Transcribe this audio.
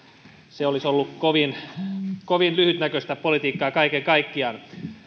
se olisi ollut kovin kovin lyhytnäköistä politiikkaa kaiken kaikkiaan